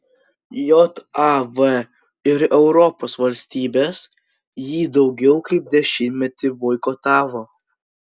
jav ir europos valstybės jį daugiau kaip dešimtmetį boikotavo